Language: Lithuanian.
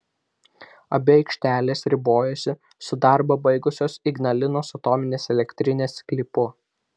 abi aikštelės ribojasi su darbą baigusios ignalinos atominės elektrinės sklypu